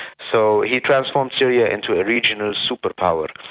so he transformed syria into a regional superpower.